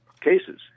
cases